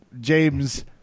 James